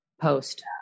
post